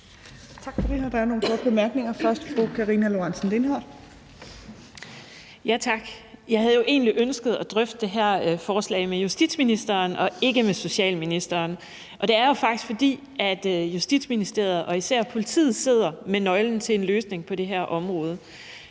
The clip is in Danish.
det fra fru Karina Lorentzen Dehnhardt. Kl. 18:04 Karina Lorentzen Dehnhardt (SF): Tak. Jeg havde jo egentlig ønsket at drøfte det her forslag med justitsministeren og ikke med socialministeren, og det er faktisk, fordi Justitsministeriet og især politiet sidder med nøglen til en løsning på det her område.